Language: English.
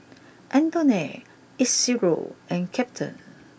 Antoinette Isidro and Captain